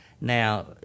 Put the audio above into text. Now